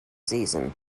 season